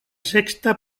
sexta